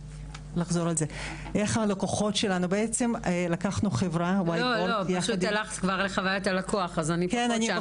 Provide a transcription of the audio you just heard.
פשוט הלכת כבר לחוויית הלקוח, אז אני פחות שם.